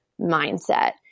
mindset